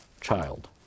child